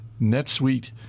NetSuite